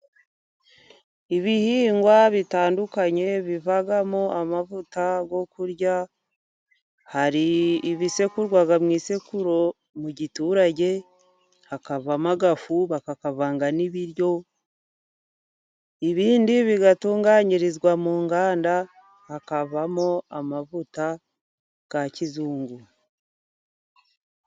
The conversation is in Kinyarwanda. Ibihingwa bitandukanye bivamo amavuta yo kurya, hari ibisekurwa mu isekuru mu giturage, hakavamo agafu bakakavanga n'ibiryo, ibindi bigatunganyirizwa mu nganda, hakavamo amavuta ya kizungu.